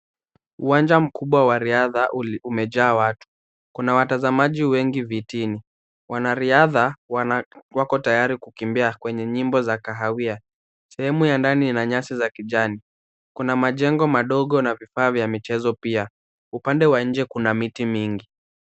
Uwanja mkubwa wa riadha umejaa watu, kuna watazamaji wengi vitini, wanariadha wako tayari kukimbia kwenye nyimbo za kahawia, sehemu ya ndani ina nyasi za kijani, kuna majengo mandogo na vifaa vya michezo pia, upande wa nje kuna miti mingi.